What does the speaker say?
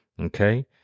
Okay